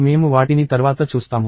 మేము వాటిని తర్వాత చూస్తాము